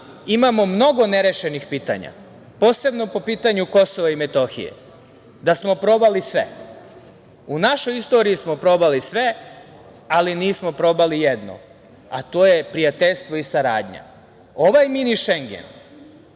imamo mnogo nerešenih pitanja, posebno po pitanju Kosova i Metohije, da smo probali sve, u našoj istoriji smo probali sve, ali nismo probali jedno, a to je prijateljstvo i saradnja. Ovaj Mini Šengen,